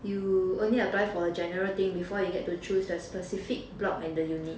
you only apply for a general thing before you get to choose the specific block and the unit